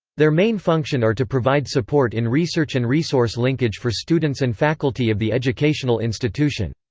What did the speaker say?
their main function are to provide support in research and resource linkage for students and faculty of the educational institution.